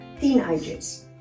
teenagers